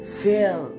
fill